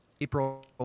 April